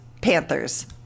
Panthers